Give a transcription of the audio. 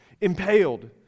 impaled